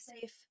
safe